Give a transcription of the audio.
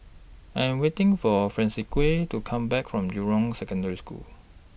I Am waiting For Francisqui to Come Back from Jurong Secondary School